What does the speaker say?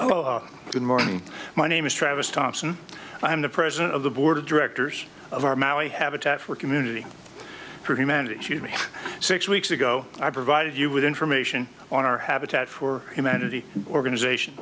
oh good morning my name is travis thompson i am the president of the board of directors of our maui habitat for community for humanity six weeks ago i provided you with information on our habitat for humanity organization